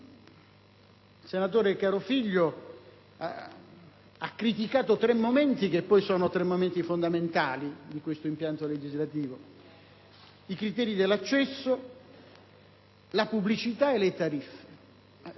Il senatore Carofiglio ha criticato tre momenti fondamentali di questo impianto legislativo: i criteri dell'accesso, la pubblicità e le tariffe.